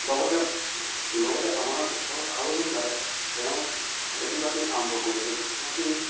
লগতে লগতে আমাৰ ওচৰৰ আৰু এজন দাই তেওঁ খেতি বাতি আৰম্ভ কৰিছে খেতি বাতি